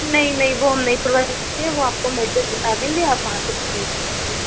नहीं नहीं वो हम नहीं प्रोवाइड करते हैं वो आपको हम एड्रेस बता देंगे आप वहाँ से पर्चेज़ करेंगे